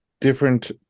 different